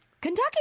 Kentucky